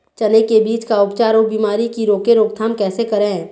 चने की बीज का उपचार अउ बीमारी की रोके रोकथाम कैसे करें?